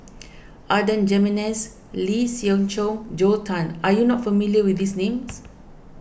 Adan Jimenez Lee Siew Choh Joel Tan are you not familiar with these names